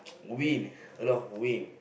wind a lot of wind